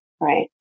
Right